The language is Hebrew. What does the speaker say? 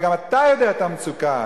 וגם אתה יודע את המצוקה.